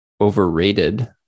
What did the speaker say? overrated